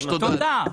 תודה.